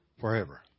forever